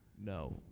no